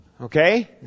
Okay